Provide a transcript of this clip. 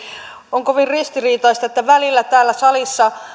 on kovin ristiriitaista että välillä täällä salissa